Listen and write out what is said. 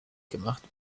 gemacht